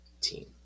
team